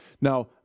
Now